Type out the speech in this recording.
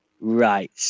right